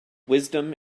wisdom